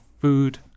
food